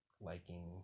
liking